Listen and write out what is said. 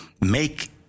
make